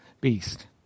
beast